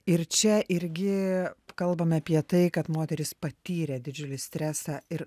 ir čia irgi kalbame apie tai kad moteris patyrė didžiulį stresą ir